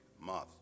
Month